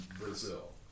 Brazil